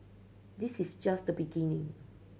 this is just the beginning